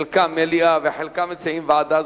חלקם מציעים מליאה וחלקם מציעים ועדה,